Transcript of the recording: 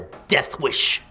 a death wish